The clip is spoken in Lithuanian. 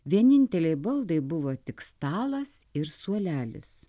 vieninteliai baldai buvo tik stalas ir suolelis